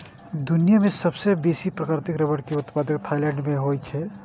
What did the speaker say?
दुनिया मे सबसं बेसी प्राकृतिक रबड़ के उत्पादन थाईलैंड मे होइ छै